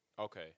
Okay